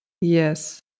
yes